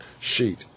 sheet